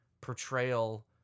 portrayal